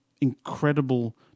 incredible